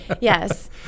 Yes